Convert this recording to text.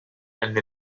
and